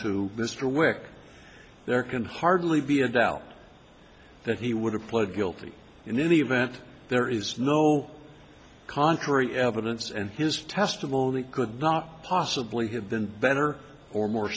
to mr wick there can hardly be a doubt that he would have pled guilty in the event there is no contrary evidence and his testimony could not possibly have been better or more